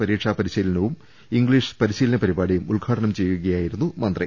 പരീക്ഷാ പരിശീല നവും ഇംഗ്ലീഷ് പരിശീലന പരിപാടിയും ഉദ്ഘാടനം ചെയ്യുകയായിരുന്നു മന്ത്രി